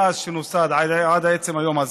מאז שנוסד עד עצם היום הזה.